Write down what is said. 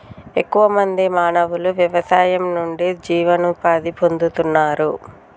ఎక్కువ మంది మానవులు వ్యవసాయం నుండి జీవనోపాధి పొందుతున్నారు